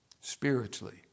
Spiritually